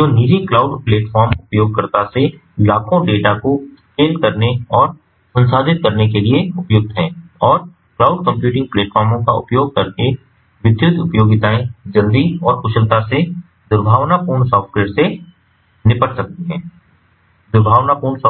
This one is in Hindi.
जो निजी क्लाउड प्लेटफ़ॉर्म उपयोगकर्ताओं से लाखों डेटा को स्केल करने और संसाधित करने के लिए उपयुक्त हैं और क्लाउड कंप्यूटिंग प्लेटफार्मों का उपयोग करके विद्युत उपयोगिताये जल्दी और कुशलता से दुर्भावनापूर्ण सॉफ़्टवेयर से निपट सकती हैं